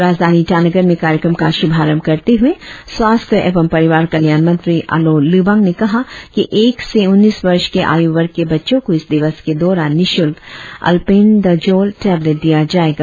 राजधानी ईटानगर में कार्यक्रम का श्रभारंभ करते हुए स्वास्थ्य एवं परिवार कल्याण मंत्री आली लिबांग ने ने कहा कि एक से उन्नीस वर्ष के आयु वर्ग के बच्चों को इस दिवस के दौरान निशुल्क अलबेनदाजोल टेबलेट दिया जायेगा